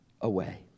away